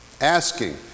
asking